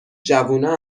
جوونا